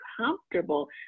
comfortable